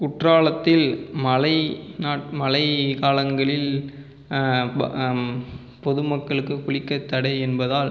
குற்றாலத்தில் மழை நான் மழை காலங்களில் போ பொது மக்களுக்கு குளிக்க தடை என்பதால்